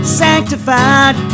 sanctified